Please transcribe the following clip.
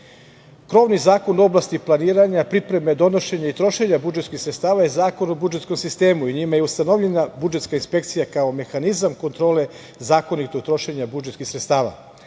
nadzor. Krovni zakon u oblasti planiranja, pripreme, donošenja i trošenja budžetskih sredstava je Zakon o budžetskom sistemu i njime je ustanovljena budžetska inspekcija kao mehanizam kontrole zakonitog trošenja budžetskih sredstava.